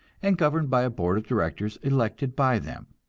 and governed by a board of directors elected by them.